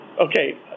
Okay